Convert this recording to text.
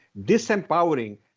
disempowering